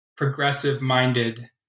progressive-minded